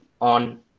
on